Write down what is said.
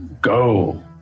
go